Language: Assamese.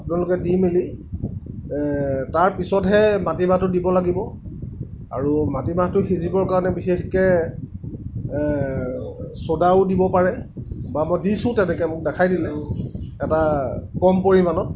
আপোনালোকে দি মেলি তাৰপিছতহে মাটিমাহটো দিব লাগিব আৰু মাটিমাহটো সিজিবৰ কাৰণে বিশেষকৈ চ'দাও দিব পাৰে বা মই দিছোঁও তেনেকৈ মোক দেখাই দিলে এটা কম পৰিমাণত